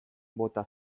bota